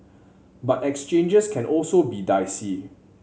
but exchanges can also be dicey